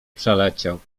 przeleciał